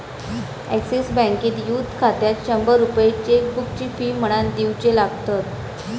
axis बँकेत youth खात्यात शंभर रुपये चेकबुकची फी म्हणान दिवचे लागतत